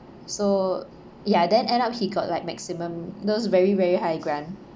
so ya then end up he got like maximum those very very high grant